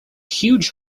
huge